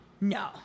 No